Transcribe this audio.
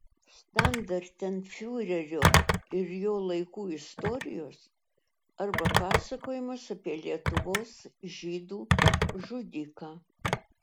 štandartenfiurerio ir jo laikų istorijos arba pasakojimas apie lietuvos žydų žudiką